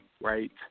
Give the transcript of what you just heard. right